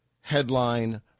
headline